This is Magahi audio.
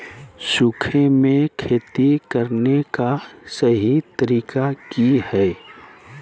सूखे में खेती करने का सही तरीका की हैय?